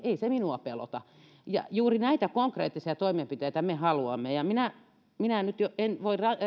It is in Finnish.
minua pelota juuri näitä konkreettisia toimenpiteitä me haluamme minä en voi